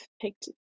picked